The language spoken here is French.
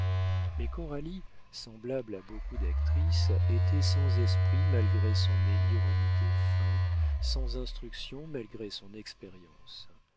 mais coralie semblable à beaucoup d'actrices était sans esprit malgré son nez ironique et fin sans instruction malgré son expérience